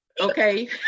Okay